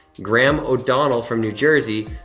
graham o'donnell from new jersey,